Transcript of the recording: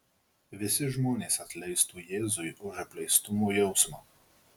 visi žmonės atleistų jėzui už apleistumo jausmą